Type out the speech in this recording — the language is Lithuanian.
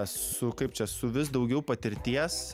su kaip čia su vis daugiau patirties